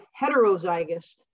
heterozygous